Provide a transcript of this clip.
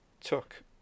took